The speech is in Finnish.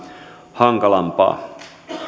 hankalampaa